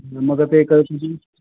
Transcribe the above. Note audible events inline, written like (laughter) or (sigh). मग ते (unintelligible)